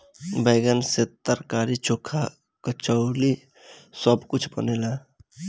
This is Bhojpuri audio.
बैगन से तरकारी, चोखा, कलउजी सब कुछ बनेला